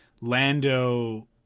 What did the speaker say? Lando